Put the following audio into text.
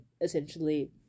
essentially